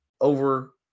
over